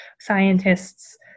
scientists